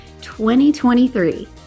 2023